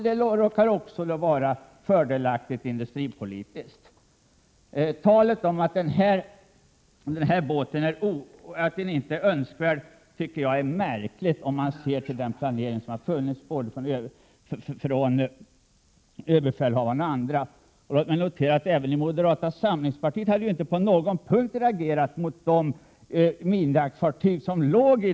Det råkar också vara fördelaktigt för industrin. Så talet om att detta fartyg inte är önskvärt tycker jag är märkligt — se bara på ÖB:s planering.